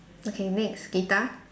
okay next guitar